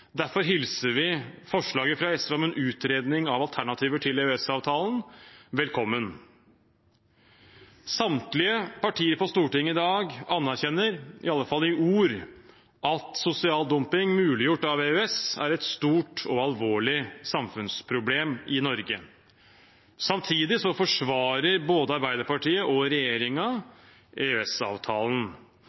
Derfor hilser vi forslaget fra SV om en utredning av alternativer til EØS-avtalen, velkommen. Samtlige partier på Stortinget i dag anerkjenner, i alle fall i ord, at sosial dumping muliggjort av EØS er et stort og alvorlig samfunnsproblem i Norge. Samtidig forsvarer både Arbeiderpartiet og